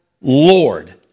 Lord